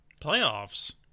Playoffs